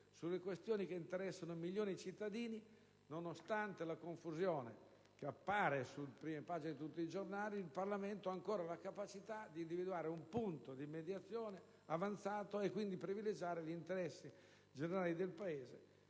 sulle questioni che interessano a milioni di cittadini, nonostante la confusione che appare sulle prime pagine di tutti giornali, il Parlamento ha ancora la capacità di individuare un punto di mediazione avanzato e quindi di privilegiare gli interessi generali del Paese